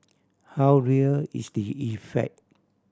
how real is the effect